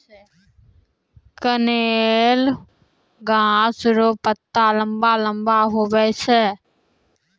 कनेर गाछ रो पत्ता लम्बा लम्बा हुवै छै